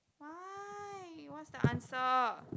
why what's the answer